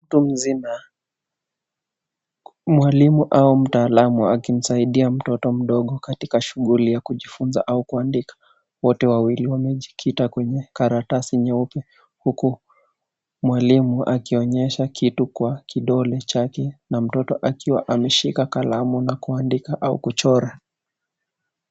Mtu mzima, mwalimu, au mtaalum akimsaidia mtoto mdogo katika shughuli ya kujifunza, au kuandika. Wote wawili wamejikita kwenye karatasi nyeupe huku mwalimu akionyesha kitu kwa kidole chake na mtoto akiwa ameshika kalamu na kuandika, au kuchora.